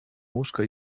łóżko